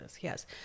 Yes